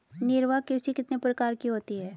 निर्वाह कृषि कितने प्रकार की होती हैं?